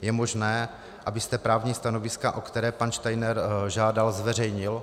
Je možné, abyste právní stanoviska, o která pan Steiner žádal, zveřejnil?